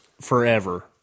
forever